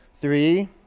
Three